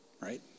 Right